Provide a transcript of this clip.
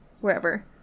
Wherever